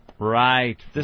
Right